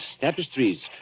tapestries